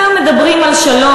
גם מדברים על שלום,